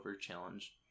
challenge